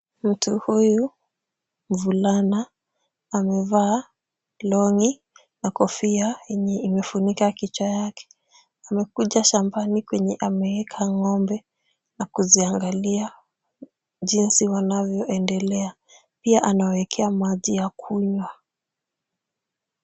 Mtu huyu mvulana amevaa long'i na kofia yenye imefunika kichwa yake. Amekuja shambani kwenye ameeka ng'ombe na kuziangalia jinsi wanavyoendelea. Pia anawaekea maji ya kunywa.